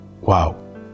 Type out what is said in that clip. Wow